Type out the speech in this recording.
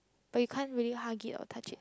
but you can't really hug it or touch it